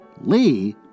Lee